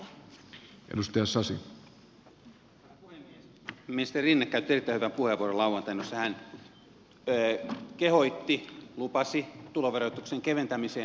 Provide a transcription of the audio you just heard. ministeri rinne käytti lauantaina erittäin hyvän puheenvuoron jossa hän kehotti lupasi tuloverotuksen keventämiseen